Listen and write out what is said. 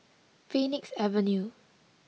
Phoenix Avenue